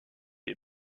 des